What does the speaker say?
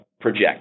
project